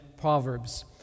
Proverbs